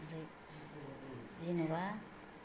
आमफ्राय जेनोबा